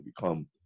become